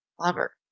lover